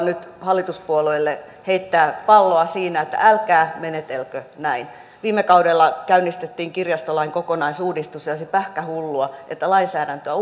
nyt hallituspuolueille heittää palloa siinä että älkää menetelkö näin viime kaudella käynnistettiin kirjastolain kokonaisuudistus ja ja olisi pähkähullua että lainsäädäntöä